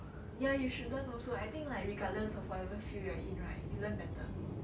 ya you should learn also I think like regardless of whatever field you are in right you learn better